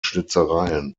schnitzereien